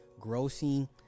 grossing